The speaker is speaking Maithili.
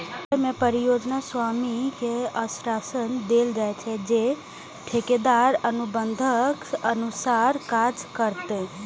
अय मे परियोजना स्वामी कें आश्वासन देल जाइ छै, जे ठेकेदार अनुबंधक अनुसार काज करतै